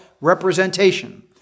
representation